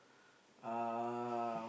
uh